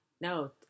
No